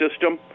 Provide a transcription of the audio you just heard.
system